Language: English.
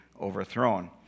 overthrown